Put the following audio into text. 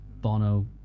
Bono